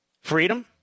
freedom